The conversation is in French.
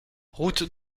route